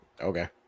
okay